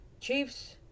Chiefs